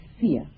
fear